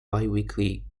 biweekly